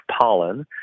pollen